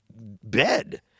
bed